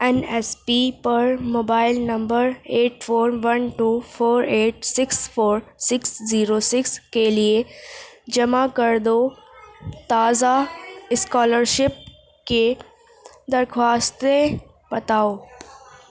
N S P پر mobile number eight four one two four eight six four six zero six کے لیے جمع کر دو تازہ اسکالرشپ کے درخواستیں بتاؤ